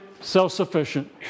self-sufficient